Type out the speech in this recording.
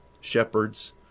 shepherds